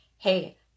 Hey